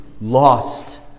lost